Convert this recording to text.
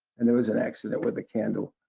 and there was an accident with a candle.